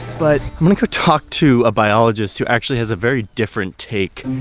but um and go talk to a biologist who actually has a very different take.